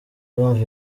ndumva